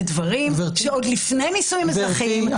זה דברים שעוד לפני נישואים אזרחיים צריכים --- גברתי,